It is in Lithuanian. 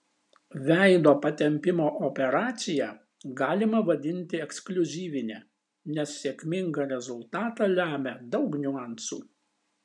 veido patempimo operaciją galima vadinti ekskliuzyvine nes sėkmingą rezultatą lemia daug niuansų